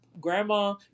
grandma